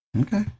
okay